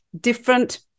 different